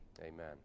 amen